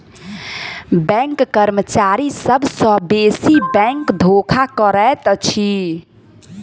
bank कर्मचारी सभ सॅ बेसी बैंक धोखा करैत अछि